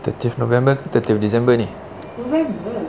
thirtieth november ke thirtieth december ni